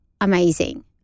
amazing